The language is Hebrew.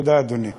תודה, אדוני.